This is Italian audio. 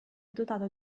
dotato